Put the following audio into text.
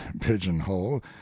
pigeon-hole